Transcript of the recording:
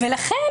לכן,